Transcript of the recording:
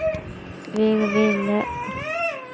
வேகவே இல்லை